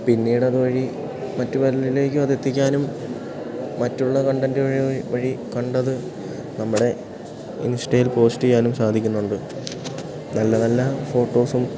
പിന്നീടതു വഴി മറ്റു പലരിലേക്കുമതെത്തിക്കാനും മറ്റുള്ള കണ്ടൻ്റ് വഴി വഴി കണ്ടത് നമ്മുടെ ഇൻസ്റ്റയിൽ പോസ്റ്റ് ചെയ്യാനും സാധിക്കുന്നുണ്ട് നല്ല നല്ല ഫോട്ടോസും